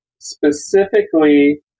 specifically